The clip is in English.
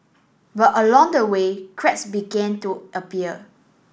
but along the way cracks began to appear